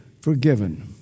forgiven